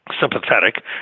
sympathetic